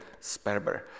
Sperber